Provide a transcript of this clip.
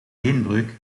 beenbreuk